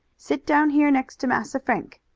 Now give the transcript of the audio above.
sit down here next to massa frank.